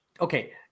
okay